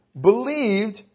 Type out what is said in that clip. believed